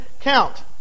count